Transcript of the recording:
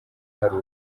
hari